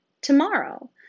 Tomorrow